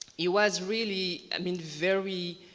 he was really i mean very